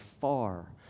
far